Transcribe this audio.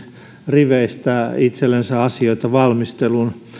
riveistä itsellensä asioita valmisteluun